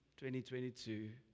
2022